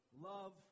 love